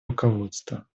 руководства